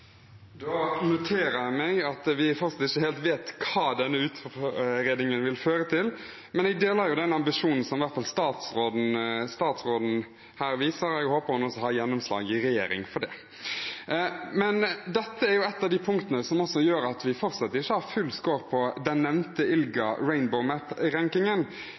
Da noterer jeg meg at vi faktisk ikke vet hva den utredningen vil føre til. Jeg deler den ambisjonen som i hvert fall statsråden her gir uttrykk for, og jeg håper hun har gjennomslag i regjeringen for det. Dette er et av de punktene som gjør at vi fortsatt ikke har full score på den nevnte ILGA-